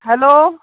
hello